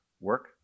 work